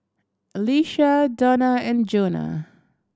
Alycia Dona and Jonah